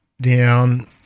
down